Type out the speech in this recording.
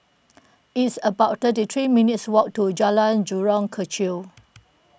it's about thirty three minutes' walk to Jalan Jurong Kechil